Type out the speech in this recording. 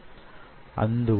okay